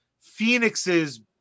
phoenixes